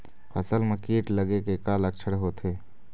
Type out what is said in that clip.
फसल म कीट लगे के का लक्षण होथे?